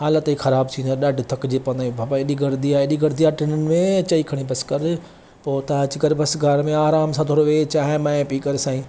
हालति ई ख़राब थी वेंदी आहे ॾाढो थकिजी पवंदा आहियूं बाबा एॾी गर्दी आहे एॾी गर्दी आहे ट्रेनियुनि में चयईं खणी बस कर पोइ हुतां अची करे बसि घर में आराम सां थोरो वेहु चाहिं बाहिं पी कर साईं